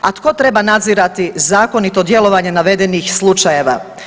A tko treba nadzirati zakonito djelovanje navedenih slučajeva?